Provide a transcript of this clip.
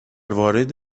وارد